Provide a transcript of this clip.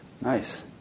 Nice